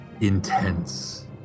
intense